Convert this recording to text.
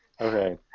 Okay